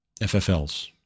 FFLs